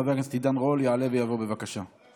חבר הכנסת עידן רול יעלה ויבוא, בבקשה.